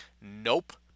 nope